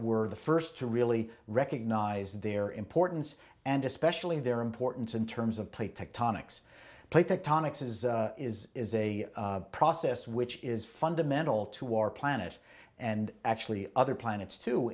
were the first to really recognize their importance and especially their importance in terms of plate tectonics plate tectonics is is is a process which is fundamental to our planet and actually other planets to